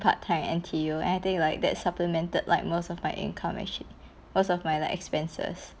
part time at N_T_U and I think like that supplemented like most of my income actually most of my like expenses